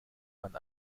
man